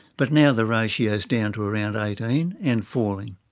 but now the ratio is down to around eighteen, and falling.